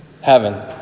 heaven